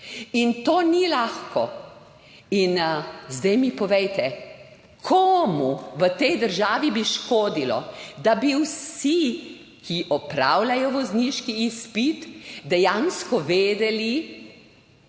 In to ni lahko. Zdaj mi povejte, komu v tej državi bi škodilo, če bi vsi, ki opravljajo vozniški izpit, dejansko vedeli